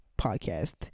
podcast